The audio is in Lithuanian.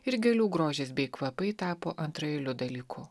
ir gėlių grožis bei kvapai tapo antraeiliu dalyku